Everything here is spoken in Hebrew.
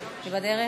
היא בדרך?